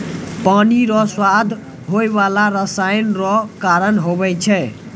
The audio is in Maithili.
पानी रो स्वाद होय बाला रसायन रो कारण हुवै छै